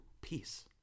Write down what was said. peace